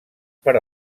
per